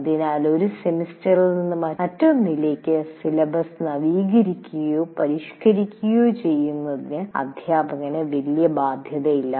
അതിനാൽ ഒരു സെമസ്റ്ററിൽ നിന്ന് മറ്റൊന്നിലേക്ക് സിലബസ് നവീകരിക്കുകയോ പരിഷ്കരിക്കുകയോ ചെയ്യുന്നത് അധ്യാപകന് വലിയ ബാധ്യതയല്ല